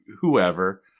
whoever—